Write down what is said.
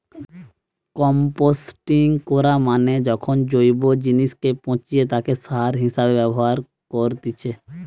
composting করা মানে যখন জৈব জিনিসকে পচিয়ে তাকে সার হিসেবে ব্যবহার করেতিছে